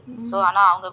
mm mm